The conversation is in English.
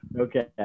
Okay